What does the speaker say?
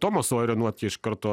tomo sojerio nuotykiai iš karto